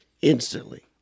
instantly